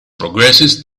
progressist